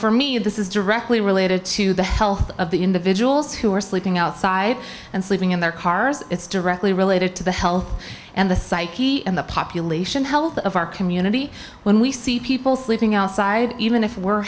for me this is directly related to the health of the individuals who are sleeping outside and sleeping in their cars it's directly related to the health and the psyche and the population health of our community when we see people sleeping outside even if we were